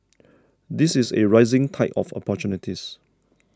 this is a rising tide of opportunities